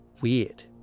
weird